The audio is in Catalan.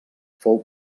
fou